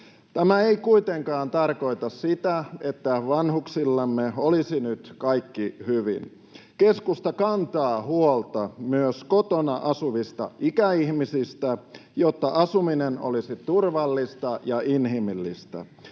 Tämä ei kuitenkaan tarkoita sitä, että vanhuksillamme olisi nyt kaikki hyvin. Keskusta kantaa huolta myös kotona asuvista ikäihmisistä, jotta asuminen olisi turvallista ja inhimillistä.